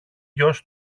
γιος